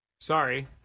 Sorry